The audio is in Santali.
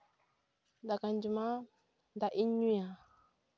ᱫᱟᱠᱟᱧ ᱡᱚᱢᱟ ᱫᱟᱜ ᱤᱧ ᱧᱩᱭᱟ